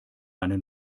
einen